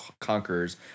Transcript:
Conquerors